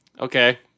Okay